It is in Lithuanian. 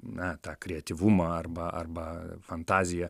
na tą kreativumą arba arba fantaziją